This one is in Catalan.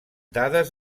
dades